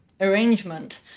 arrangement